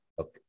Okay